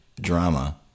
drama